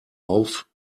auf